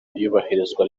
iyubahirizwa